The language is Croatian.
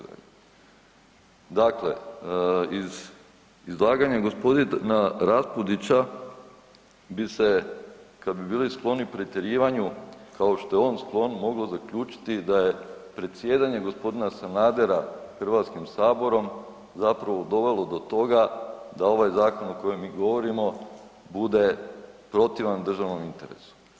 Dakle, iz izlaganja gospodina Raspudića bi se kad bi bili skloni pretjerivanju kao što je on sklon moglo zaključiti da je predsjedanje gospodina Sanadera Hrvatskim saborom zapravo dovelo do toga da ovaj zakon o kojem mi govorimo bude protivan državnom interesu.